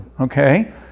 Okay